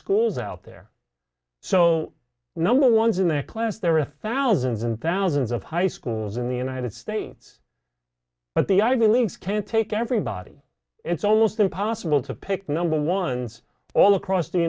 schools out there so number one is in their class there are thousands and thousands of high schools in the united states but the ivy leagues can take everybody it's almost impossible to pick number ones all across the